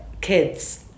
kids